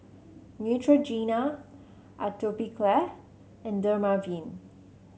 Neutrogena Atopiclair and Dermaveen